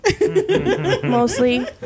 mostly